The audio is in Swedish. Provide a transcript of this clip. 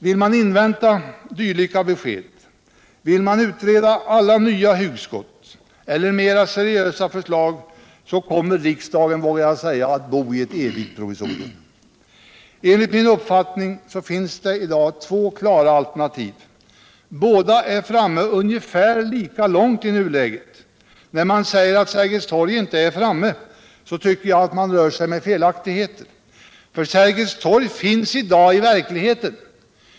Vill man invänta dylika besked, vill man utreda alla nya hugskott eller mera seriösa förslag, så kommer riksdagen att bo i ett evigt provisorium. Enligt min uppfattning finns det i dag två klara alternativ. Båda är ungefär lika långt framme i nuläget. När man säger att Sergels torg inte är det, tycker jag att det rör sig om felaktigheter. Sergels torg existerar i dag i verkligheten.